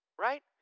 right